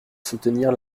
soutenir